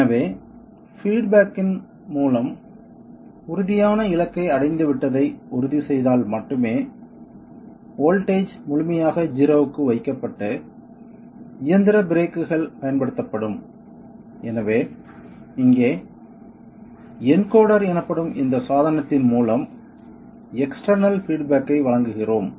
எனவே feedback இன் மூலம் உறுதியான இலக்கை அடைந்துவிட்டதை உறுதிசெய்தால் மட்டுமே வோல்ட்டேஜ் முழுமையாக 0 க்கு வைக்கப்பட்டு இயந்திர பிரேக்குகள் பயன்படுத்தப்படும் எனவே இங்கே என்கோடர் எனப்படும் இந்தச் சாதனத்தின் மூலம் எக்ஸ்டெர்னல் பீட் பேக் ஐ வழங்குகிறோம்